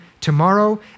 tomorrow